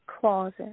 closet